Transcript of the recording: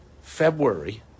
February